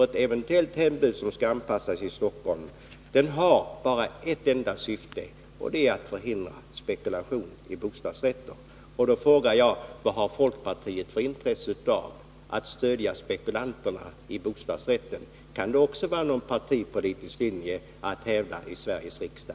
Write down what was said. En eventuell hembudsskyldighet i Stockholm har bara ett syfte — att förhindra spekulation i bostadsrätter. Vad har folkpartiet för intresse av att stödja spekulanter i bostadsrätter? Kan det vara en partipolitisk linje att hävda i Sveriges riksdag?